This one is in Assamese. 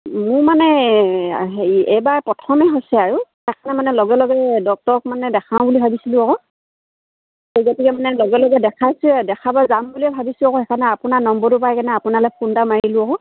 মোৰ মানে হেৰি এইবাৰ প্ৰথমে হৈছে আৰু তাকে মানে লগে লগে ডক্তৰক মানে দেখাওঁ বুলি ভাবিছিলোঁ আকৌ সেই গতিকে মানে লগে লগে দেখাইছোঁৱে দেখাব যাম বুলিয়ে ভাবিছোঁ আকৌ সেইকাৰণে আপোনাৰ নম্বৰটো পাই কেনে আপোনালৈ ফোন এটা মাৰিলোঁ আকৌ